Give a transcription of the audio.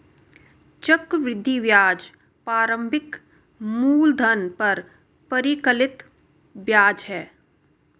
चक्रवृद्धि ब्याज प्रारंभिक मूलधन पर परिकलित ब्याज है